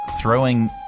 throwing